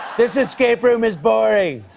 this escape room is boring.